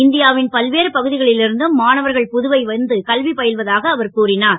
இந் யாவின் பல்வேறு பகு களில் இருந்தும் மாணவர்கள் புதுவை வந்து கல்வி ப ல்வதாக அவர் கூறினார்